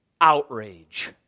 outrage